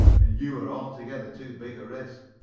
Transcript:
and you are altogether too big a risk.